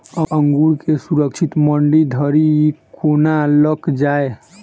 अंगूर केँ सुरक्षित मंडी धरि कोना लकऽ जाय?